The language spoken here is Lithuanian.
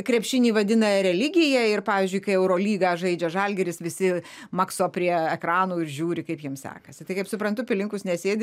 krepšinį vadina religija ir pavyzdžiui kai eurolyga žaidžia žalgiris visi makso prie ekranų ir žiūri kaip jiem sekasi tai kaip suprantu pilinkus nesėdi